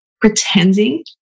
pretending